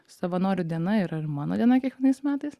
savanorių diena yra ir mano diena kiekvienais metais